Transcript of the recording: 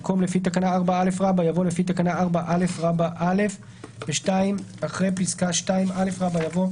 במקום "לפי תקנה 4א" יבוא "לפי תקנה 4א(א)"; אחרי פסקה (2א) יבוא: